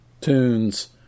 tunes